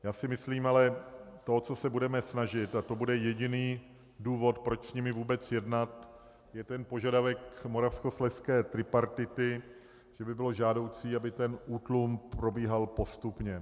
Já si myslím ale to, o co se budeme snažit, a to bude jediný důvod, proč s nimi vůbec jednat, je požadavek moravskoslezské tripartity, že by bylo žádoucí, aby útlum probíhal postupně.